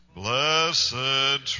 blessed